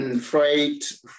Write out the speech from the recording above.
freight